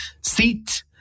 seat